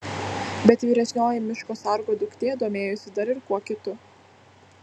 bet vyresnioji miško sargo duktė domėjosi dar ir kuo kitu